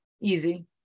easy